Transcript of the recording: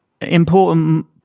important